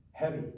heavy